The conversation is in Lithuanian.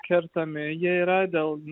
kertami jie yra dėl